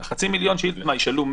מה, ישלחו מייל?